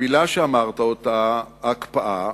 המלה שאמרת, הקפאה,